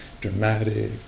dramatic